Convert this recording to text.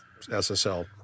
SSL